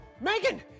Megan